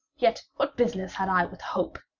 yet what business had i with hope?